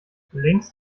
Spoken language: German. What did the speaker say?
längst